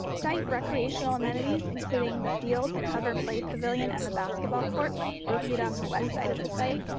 site recreational amenities, including the field, the cover play pavilion, and the basketball court located on the west side of the site.